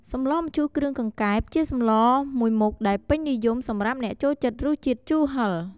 សម្លម្ជូគ្រឿងកង្កែប ជាសម្លមួយមុខដែលពេញនិយមសម្រាប់អ្នកចូលចិត្តរសជាតិជូរហឹរ។